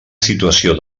situació